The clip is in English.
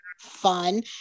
fun